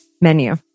menu